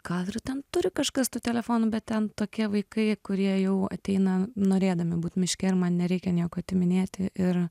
gal ir ten turi kažkas tų telefonų bet ten tokie vaikai kurie jau ateina norėdami būt miške ir man nereikia nieko atiminėti ir